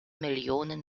millionen